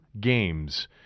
games